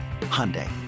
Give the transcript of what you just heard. Hyundai